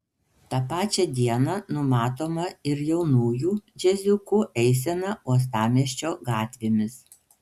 tą pačią dieną numatoma ir jaunųjų džiaziukų eisena uostamiesčio gatvėmis